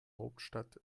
hauptstadt